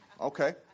Okay